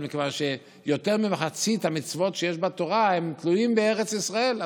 מכיוון שיותר ממחצית המצוות שיש בתורה תלויות בארץ ישראל,